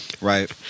right